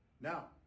Now